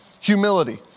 Humility